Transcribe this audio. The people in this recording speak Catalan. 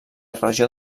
regió